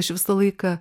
aš visą laiką